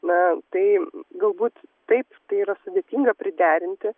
na tai galbūt taip tai yra sudėtinga priderinti